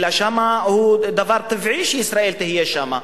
אלא שזה דבר טבעי שישראל תהיה שם.